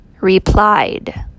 replied